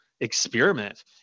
experiment